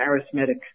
arithmetic